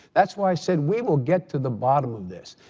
that's why i said, we will get to the bottom of this.